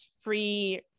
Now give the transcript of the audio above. free